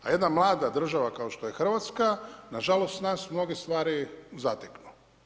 A jedna mlada država kao što je Hrvatska nažalost nas mnoge stvari zateknu.